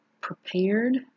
prepared